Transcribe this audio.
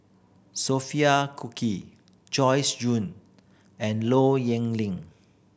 Sophia Cookie Joyce Jue and Low Yen Ling